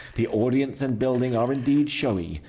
the audience and building are indeed showy.